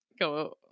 go